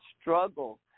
struggle